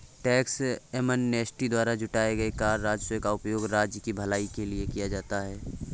tax amnesty द्वारा जुटाए गए कर राजस्व का उपयोग राज्य की भलाई के लिए किया जाता है